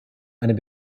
einem